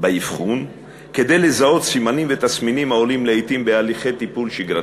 באבחון כדי לזהות סימנים ותסמינים העולים לעתים בהליכי טיפול שגרתיים.